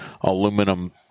aluminum